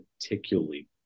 particularly